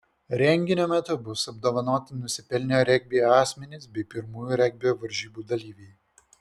renginio metu bus apdovanoti nusipelnę regbiui asmenys bei pirmųjų regbio varžybų dalyviai